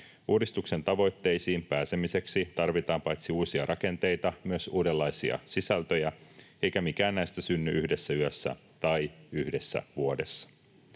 Uudistuksen tavoitteisiin pääsemiseksi tarvitaan paitsi uusia rakenteita myös uudenlaisia sisältöjä, eikä mikään näistä synny yhdessä yössä tai yhdessä vuodessa.